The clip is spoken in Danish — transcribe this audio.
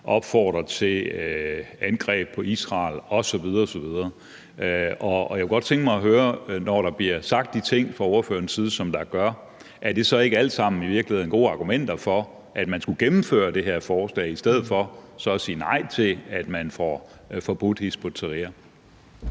opfordrer til angreb på Israel osv. osv. Jeg kunne godt tænke mig at høre, når der bliver sagt de ting fra ordførerens side, som der gør, om det så ikke alt sammen i virkeligheden er gode argumenter for, at man skulle gennemføre det her forslag i stedet for at sige nej til, at man får forbudt Hizb